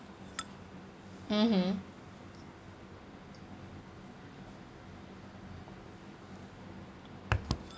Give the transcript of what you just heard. mmhmm